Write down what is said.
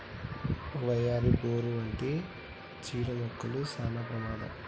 వయ్యారి, బోరు వంటి చీడ మొక్కలు సానా ప్రమాదం